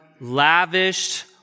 lavished